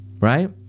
right